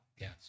yes